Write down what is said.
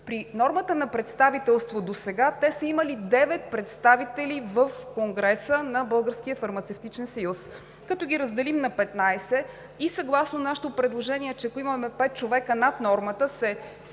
При нормата на представителството досега те са имали 9 представители в конгреса на Българския фармацевтичен съюз, а като ги разделим на 15 – съгласно нашето предложение, ако имаме 5 човека над нормата,